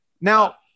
Now